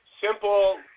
simple